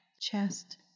chest